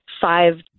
five